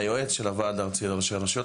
היועץ של הוועד הארצי לראשי הרשויות.